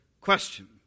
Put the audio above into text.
question